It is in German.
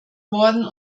worden